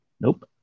Nope